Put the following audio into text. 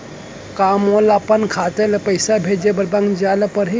का मोला अपन खाता ले पइसा भेजे बर बैंक जाय ल परही?